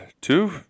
two